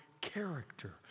character